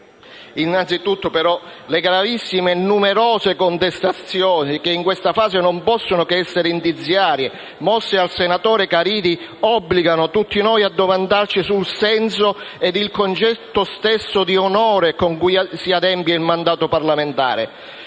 Innanzitutto, però, le gravissime e numerose contestazioni, che in questa fase non possono che essere indiziarie, mosse al senatore Caridi, obbligano tutti noi a porci delle domande sul senso e sul concetto stesso di onore con cui si adempie il mandato parlamentare.